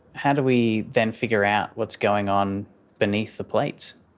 how do we then figure out what's going on beneath the plates?